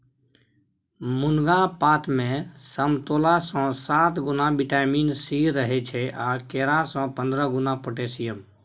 मुनगा पातमे समतोलासँ सात गुणा बिटामिन सी रहय छै आ केरा सँ पंद्रह गुणा पोटेशियम